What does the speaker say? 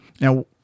Now